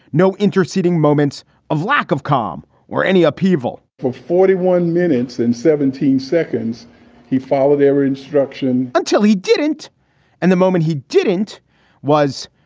no interesting moments of lack of calm or any upheaval for forty one minutes and seventeen seconds he followed every instruction until he didn't and the moment he didn't was,